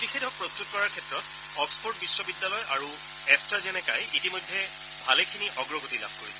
প্ৰতিযেধক প্ৰস্তুত কৰাৰ ক্ষেত্ৰত অক্সফৰ্ড বিশ্ববিদ্যালয় আৰু এট্টা জেনেকাই ইতিমধ্যে ভালেখিনি অগ্ৰগতি লাভ কৰিছে